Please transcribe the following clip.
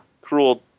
cruel